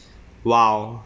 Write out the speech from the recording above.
!wow!